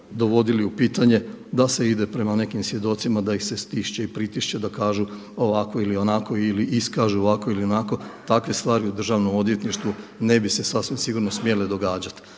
dovodili u pitanje, da se ide prema nekim svjedocima, da ih se stišće i pritišće da kažu ovako ili onako ili iskažu ovako ili onako takve stvari u državnom odvjetništvu ne bi se sasvim sigurno smjele događati.